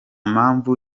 mpamvu